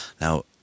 Now